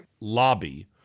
lobby